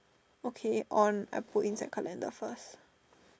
okay on I put inside calendar first